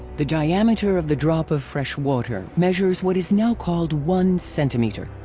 the diameter of the drop of fresh water measures what is now called one centimeter.